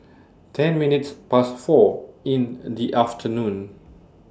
ten minutes Past four in The afternoon